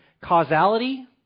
causality